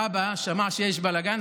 האבא שמע שיש בלגן,